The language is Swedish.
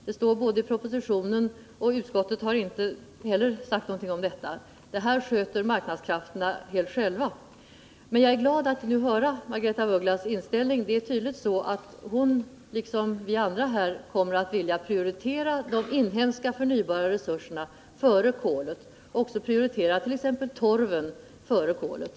Det står i propositionen, och utskottet har inte sagt någonting om det. Det här sköter marknadskrafterna helt själva. Men jag är glad att nu höra vilken inställning Margaretha af Ugglas har. Det är tydligt att hon liksom vi andra här kommer att vilja prioritera de inhemska förnybara resurserna före kolet — också prioritera t.ex. torven före kolet.